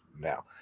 now